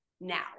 now